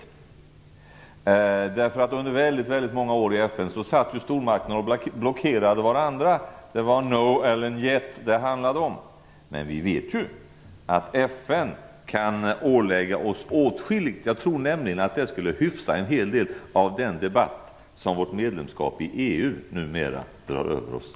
Jag tror att stormakterna under väldigt många år i FN blockerade varandra, det var no eller njet det handlade om. Men vi vet ju att FN kan ålägga oss åtskilligt. Jag tror nämligen att det skulle hyfsa till en hel del av den debatt som vårt medlemskap i EU numera drar över oss.